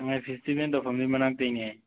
ꯁꯉꯥꯏ festival ꯇꯧꯐꯝꯗꯨꯒꯤ ꯃꯅꯥꯛꯇꯩꯅꯦ